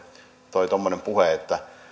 tuo tuommoinen puhe